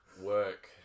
work